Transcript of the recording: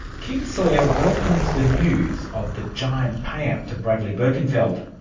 kim sawyer welcomes the news of the giant payout to bradley birkenfeld,